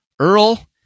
Earl